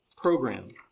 program